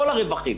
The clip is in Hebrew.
כל הרווחים.